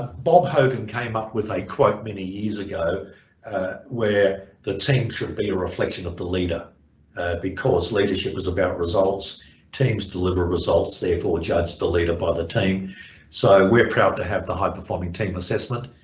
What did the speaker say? bob hogan came up with a quote many years ago where the team should be a reflection of the leader because leadership was about results teams deliver results therefore judged the leader by the team so we're proud to have the high-performing team assessment